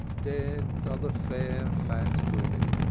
dead are the fair fat women,